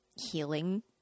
healing